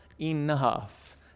enough